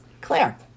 Claire